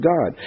God